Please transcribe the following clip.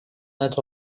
net